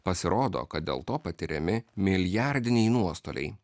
pasirodo kad dėl to patiriami milijardiniai nuostoliai